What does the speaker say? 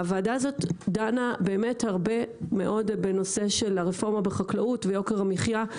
הוועדה הזאת דנה באמת הרבה מאוד בנושא של הרפורמה בחקלאות ויוקר המחייה,